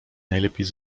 najlepiej